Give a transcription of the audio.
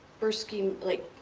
birsky like.